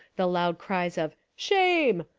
the loud cries of shame!